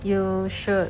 you should